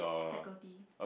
faculty